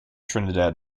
trinidad